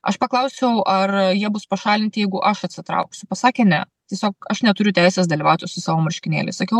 aš paklausiau ar jie bus pašalinti jeigu aš atsitrauksiu pasakė ne tiesiog aš neturiu teisės dalyvauti su savo marškinėliais sakiau